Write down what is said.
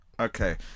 Okay